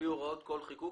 לפי הוראות כל חיקוק".